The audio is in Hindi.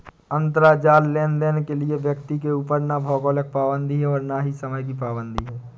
अंतराजाल लेनदेन के लिए व्यक्ति के ऊपर ना भौगोलिक पाबंदी है और ना ही समय की पाबंदी है